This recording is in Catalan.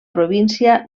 província